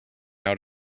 out